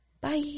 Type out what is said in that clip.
Bye